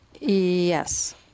Yes